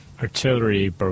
artillery